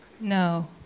No